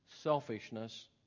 selfishness